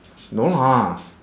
no lah